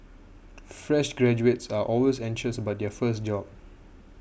fresh graduates are always anxious about their first job